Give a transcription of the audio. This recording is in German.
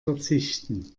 verzichten